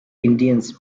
indians